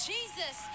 Jesus